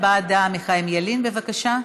הבעת דעה לחיים ילין, בבקשה.